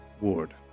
Ward